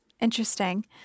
Interesting